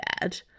bad